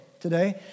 today